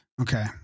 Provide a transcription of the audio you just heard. Okay